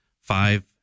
five